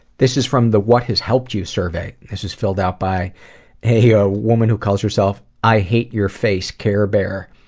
this is from the what has helped you? survey. this is filled out by a ah woman who calls herself i hate your face carebear.